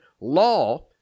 Law